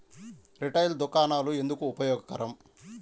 Retail దుకాణాలు ఎందుకు ఉపయోగకరం?